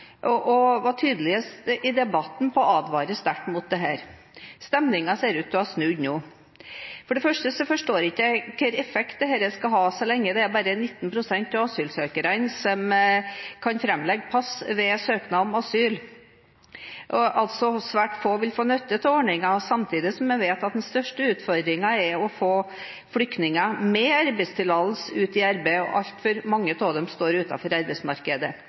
gå, og var i debatten tydeligst på å advare sterkt mot dette. Stemningen ser ut til å ha snudd nå. For det første forstår jeg ikke hvilken effekt dette skal ha så lenge det er bare 19 pst. av asylsøkerne som kan framlegge pass ved søknad om asyl. Altså vil svært få få nytte av ordningen, samtidig som vi vet at den største utfordringen er å få flyktninger med arbeidstillatelse ut i arbeid. Altfor mange av dem står utenfor arbeidsmarkedet.